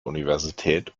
universität